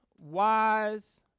wise